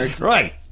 right